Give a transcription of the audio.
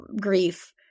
grief